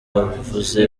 bavuzi